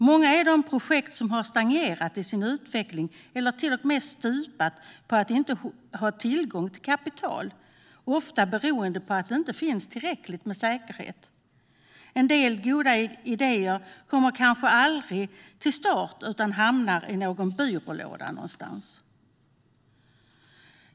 Många är de projekt som har stagnerat i sin utveckling eller till och med stupat på att de inte har tillgång till kapital - ofta beroende på att det inte finns tillräckligt med säkerhet. En del goda idéer kommer kanske aldrig till start utan hamnar i någon byrålåda någonstans.